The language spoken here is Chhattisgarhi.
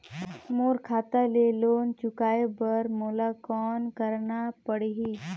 मोर खाता ले लोन चुकाय बर मोला कौन करना पड़ही?